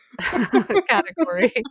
category